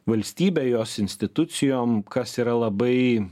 valstybe jos institucijom kas yra labai